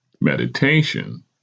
Meditation